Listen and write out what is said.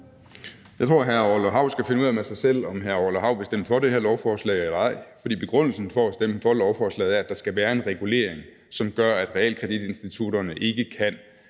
Jeg tror, hr. Orla Hav skal finde ud af med sig selv, om hr. Orla Hav vil stemme for det her lovforslag eller ej. For begrundelsen for at stemme for lovforslaget er, at der skal være en regulering, som gør, at realkreditinstitutterne ikke kan